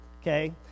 okay